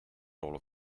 all